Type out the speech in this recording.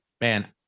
man